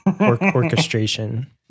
orchestration